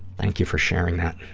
thank you for sharing that.